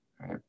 right